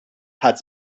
had